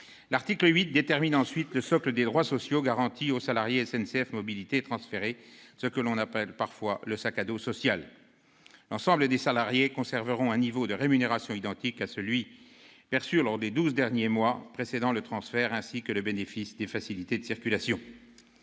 L'article 8 détermine ensuite le socle de droits sociaux garantis aux salariés de SNCF Mobilités transférés, ce que l'on appelle parfois le « sac à dos social »: l'ensemble des salariés conserveront un niveau de rémunération identique à celui qui aura été perçu lors des douze derniers mois précédant le transfert, ainsi que le bénéfice des facilités de circulation